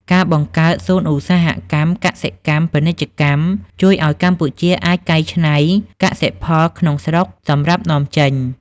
ការបង្កើតសួនឧស្សាហកម្មកសិកម្ម-ពាណិជ្ជកម្ម ជួយឱ្យកម្ពុជាអាចកែច្នៃកសិផលក្នុងស្រុកសម្រាប់នាំចេញ។